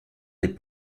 les